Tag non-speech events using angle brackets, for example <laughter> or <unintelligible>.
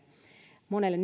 monelle <unintelligible>